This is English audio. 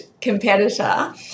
competitor